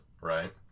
right